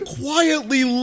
quietly